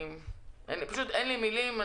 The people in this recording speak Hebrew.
אין לי מילים.